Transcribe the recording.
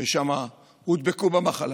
ששם הודבקו במחלה,